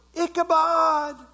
Ichabod